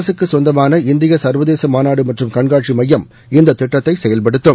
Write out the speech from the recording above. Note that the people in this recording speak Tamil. அரசுக்கு சொந்தமான இந்தியா சா்வதேச மாநாடு மற்றும் கண்காட்சி மையம் இந்த திட்டத்தை செயல்படுத்தும்